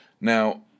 Now